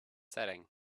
setting